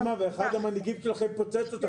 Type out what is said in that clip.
רפורמה ואחד המנהיגים שלכם פוצץ אותה.